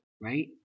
right